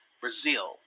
Brazil